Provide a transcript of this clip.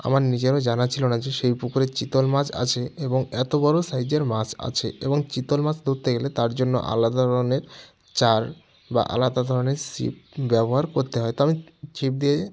আমার নিজেরও জানা ছিলো না যে সেই পুকুরে চিতল মাছ আছে এবং এতো বড়ো সাইজের মাছ আছে এবং চিতল মাছ ধোত্তে গেলে তার জন্য আলাদা দরনের জাল বা আলাদা ধরনের ছিপ ব্যবহার করতে হয় তবে ছিপ দিয়ে